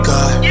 God